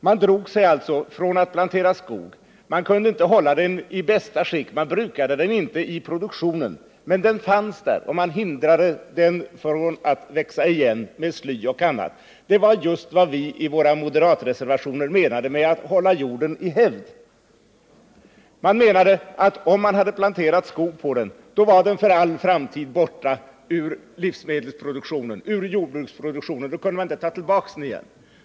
Man kunde inte hålla jorden i bästa skick eftersom man inte brukade den i produktionen, men den fanns där och man hindrade den från att växa igen med sly och annat. De gjorde just vad vi i våra moderatreservationer har kallat att hålla jorden i hävd. Bönderna menade att om de planterade skog på marken, var den för all framtid borta ur jordbruksproduktionen, då kunde man inte ta tillbaks den igen.